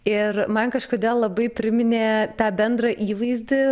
ir man kažkodėl labai priminė tą bendrą įvaizdį